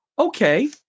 Okay